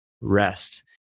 rest